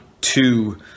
two